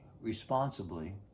responsibly